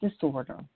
disorder